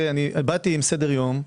באתי עם סדר-היום.